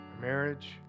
marriage